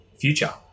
future